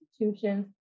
institutions